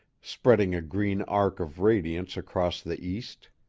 spreading a green arc of radiance across the east.